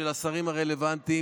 של השרים הרלוונטיים,